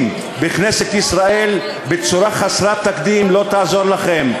בכנסת ישראל בצורה חסרת תקדים לא יעזור לכם,